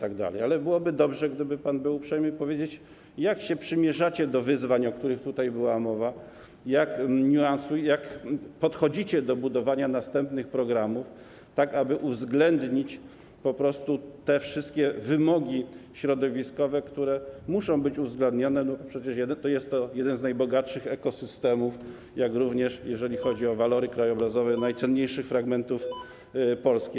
Ale byłoby dobrze, gdyby pan był uprzejmy powiedzieć, jak się przymierzacie do wyzwań, o których tutaj była mowa, jak podchodzicie do budowania następnych programów, tak aby uwzględnić te wszystkie wymogi środowiskowe, które muszą być uwzględnione, bo przecież jest to jeden z najbogatszych ekosystemów, jak również, jeżeli chodzi o walory krajobrazowe, najcenniejszych rejonów Polski.